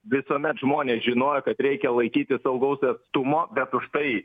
visuomet žmonės žinojo kad reikia laikytis saugaus atstumo bet už tai